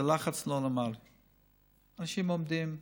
זה לחץ לא נורמלי שאנשים עומדים בו,